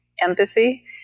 empathy